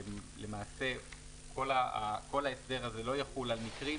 למעשה כל ההסדר הזה לא יחול על מקרים,